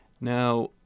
Now